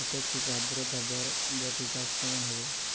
আপেক্ষিক আদ্রতা বরবটি চাষ কেমন হবে?